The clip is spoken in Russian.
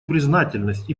признательность